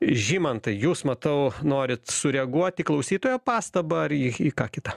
žymantai jūs matau norit sureaguot į klausytojo pastabą ar į į ką kitą